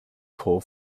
poor